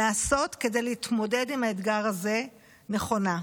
לעשות כדי להתמודד עם האתגר הזה נכונה.